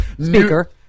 Speaker